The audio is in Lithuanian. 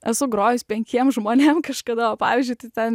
esu grojus penkiem žmonėm kažkada va pavyzdžiui tai ten